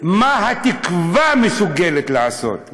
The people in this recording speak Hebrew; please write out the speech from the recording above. מה התקווה מסוגלת לעשות.